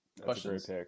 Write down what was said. Questions